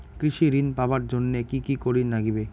কৃষি ঋণ পাবার জন্যে কি কি করির নাগিবে?